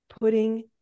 putting